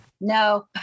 No